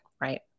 right